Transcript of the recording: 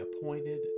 appointed